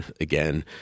again